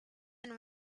and